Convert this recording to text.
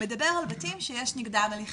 מדבר על בתים שיש נגדם הליכים.